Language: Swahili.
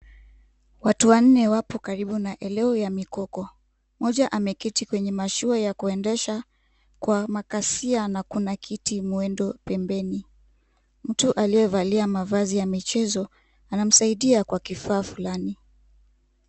Watu wannne wako karibu na eneo la makoko. Mmoja ameketi kwenye mashua ya kuendesha kwa makasia na kuna kiti mwendo pembeni. Mtu aliyevalia mavazi ya michezo anamsaidia kwa kifaa fulani.